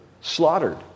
slaughtered